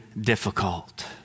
difficult